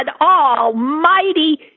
almighty